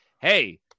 Hey